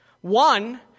One